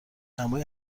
دمای